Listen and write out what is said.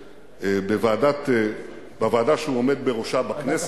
בוועדה שהוא עומד בראשה בכנסת,